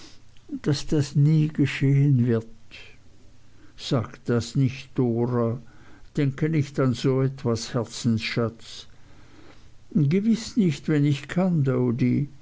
daß das nie geschehen wird sag das nicht dora denke nicht an so etwas herzensschatz gewiß nicht wenn ich kann